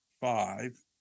five